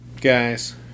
guys